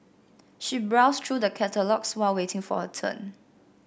she browsed through the catalogues while waiting for her turn